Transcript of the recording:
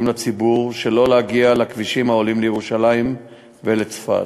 לציבור שלא לעלות לכבישים המובילים לירושלים ולצפת.